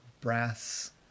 brass